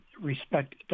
respect